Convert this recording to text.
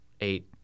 eight